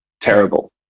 terrible